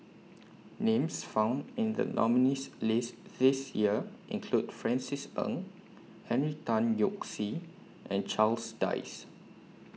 Names found in The nominees' list This Year include Francis Ng Henry Tan Yoke See and Charles Dyce